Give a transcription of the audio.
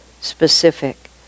specific